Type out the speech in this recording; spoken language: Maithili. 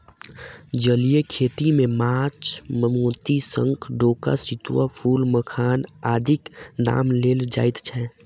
जलीय खेती मे माछ, मोती, शंख, डोका, सितुआ, फूल, मखान आदिक नाम लेल जाइत छै